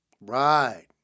Right